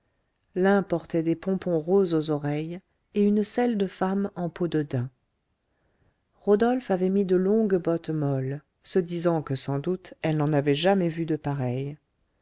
portait des pompons roses aux oreilles et une selle de femme en peau de daim rodolphe avait mis de longues bottes molles se disant que sans doute elle n'en avait jamais vu de pareilles